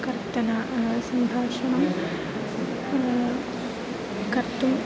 कर्तनं सम्भाषणं कर्तुम्